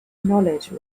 knowledge